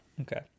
Okay